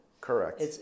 Correct